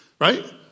right